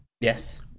Yes